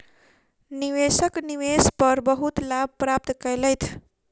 निवेशक निवेश पर बहुत लाभ प्राप्त केलैथ